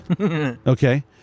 Okay